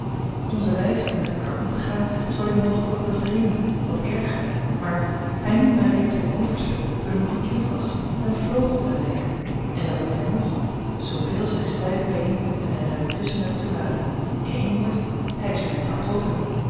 onze wijze van met elkaar om te gaan zal u mogelijk wat bevreemden wat ergeren maar hij noemde mij reeds zijn overste toen ik nog een kind was en vloog op mijne wenken en dat doet hij ng zooveel zijn stijf been en zijn rheumatisme het toelaten in één woord hij is mijn factotum